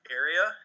area